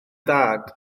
dad